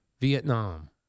Vietnam